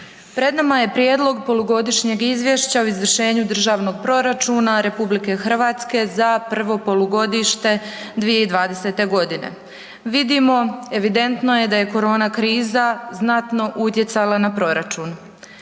pred nama je Prijedlog polugodišnjeg izvješća o izvršenju Državnog proračuna RH za prvo polugodište 2020. godine. Vidimo, evidentno je da je korona kriza znatno utjecala na proračun.